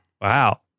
wow